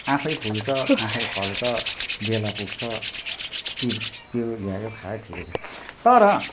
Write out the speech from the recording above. आफै फुल्छ आफै फल्छ बेला पुग्छ टिपमेल भ्यायो खायो ठिकै छ तर